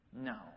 No